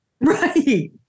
Right